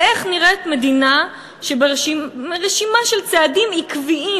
איך נראית מדינה שברשימה של צעדים עקביים